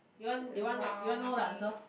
you want do you want do you want to know the answer